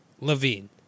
Levine